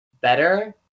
better